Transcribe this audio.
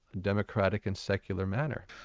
democratic and secular manner.